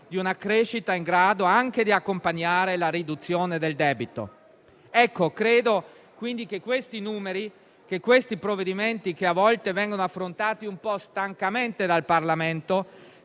di una crescita in grado anche di accompagnare la riduzione del debito? Credo, quindi, che questi numeri e che questi provvedimenti, che a volte vengono affrontati un po' stancamente dal Parlamento,